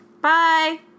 Bye